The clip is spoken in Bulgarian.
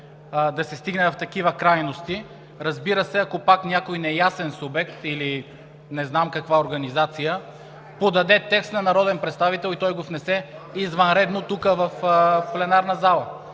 да се стигне до такива крайности. Разбира се, ако пак някой неясен субект или не знам каква организация подаде текст на народен представител и той го внесе извънредно тук в пленарна зала.